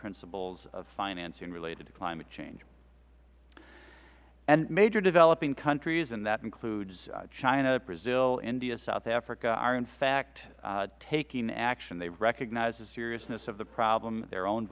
principles of financing related to climate change major developing countries and that includes china brazil india south africa are in fact taking action they recognize the seriousness of the problem their own